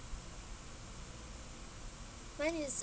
when is